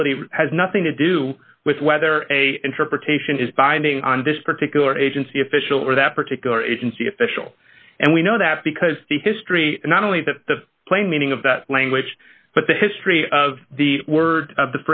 ability has nothing to do with whether a interpretation is binding on this particular agency official or that particular agency official and we know that because the history not only the plain meaning of that language but the history of the word